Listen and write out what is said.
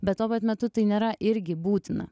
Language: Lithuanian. bet tuo pat metu tai nėra irgi būtina